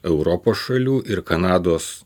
europos šalių ir kanados